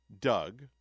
doug